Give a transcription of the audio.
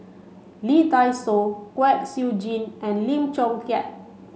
Lee Dai Soh Kwek Siew Jin and Lim Chong Keat